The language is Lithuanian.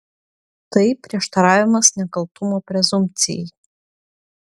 tai prieštaravimas nekaltumo prezumpcijai